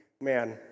man